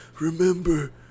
remember